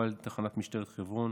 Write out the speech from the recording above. טופל על ידי תחנת משטרת חברון.